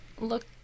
look